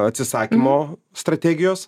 atsisakymo strategijos